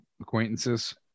acquaintances